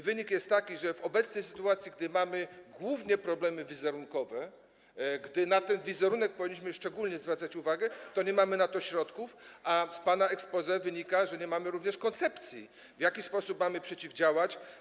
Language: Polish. Wynik jest taki, że w obecnej sytuacji, gdy mamy głównie problemy wizerunkowe, gdy na ten wizerunek powinniśmy szczególnie zwracać uwagę, to nie mamy na to środków, a z pana exposé wynika, że nie mamy również koncepcji, w jaki sposób temu przeciwdziałać.